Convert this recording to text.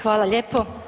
Hvala lijepo.